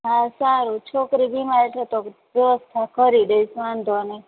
હા સારું છોકરી બીમાર એટલે તો વ્યવસ્થા કરી દઇશ વાંધો નહીં